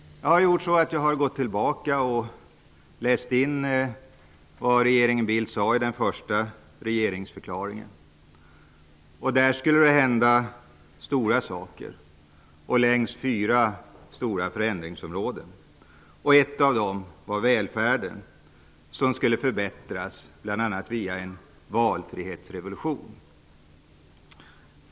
Jag har gått tillbaka och läst in vad regeringen Bildt sade i den första regeringsförklaringen. Enligt den skulle det hända stora saker på fyra stora förändringsområden. Ett av dem var välfärden. Den skulle förbättras bl.a. via en valfrihetsrevolution.